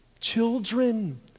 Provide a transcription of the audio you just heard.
Children